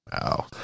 Wow